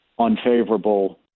unfavorable